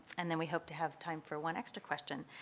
and then we hope to have time for one extra question.